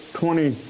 twenty